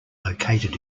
located